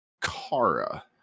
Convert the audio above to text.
Kara